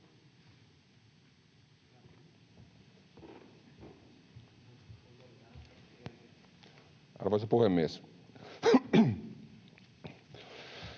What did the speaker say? Arvoisa puhemies!